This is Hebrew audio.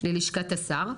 ללשכת השר.